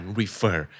refer